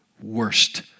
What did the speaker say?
worst